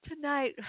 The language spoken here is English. tonight